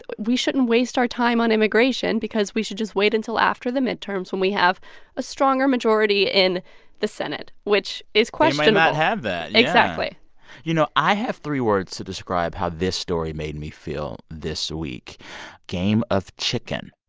but we shouldn't waste our time on immigration because we should just wait until after the midterms when we have a stronger majority in the senate, which is questionable they might and not have that. yeah exactly you know, i have three words to describe how this story made me feel this week game of chicken.